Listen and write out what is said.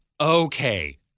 okay